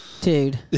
Dude